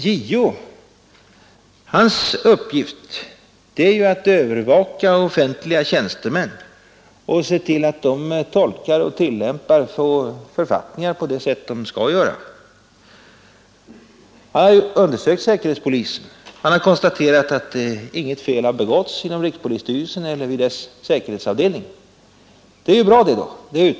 JO:s uppgift är ju att övervaka offentliga tjänstemän och se till att de tolkar och tillämpar författningar på det sätt de skall göra. JO har undersökt säkerhetspolisen och konstaterat att inget fel begåtts inom rikspolisstyrelsen eller vid dess säkerhetsavdelning. Det är bra.